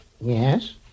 Yes